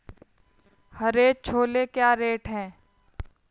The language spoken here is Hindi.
हरे छोले क्या रेट हैं?